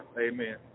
Amen